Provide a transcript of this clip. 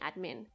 admin